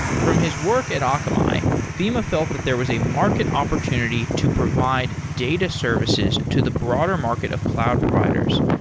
from his work at akamai, fima felt that there was a market opportunity to provide data services to the broader market of cloud providers.